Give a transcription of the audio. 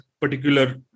particular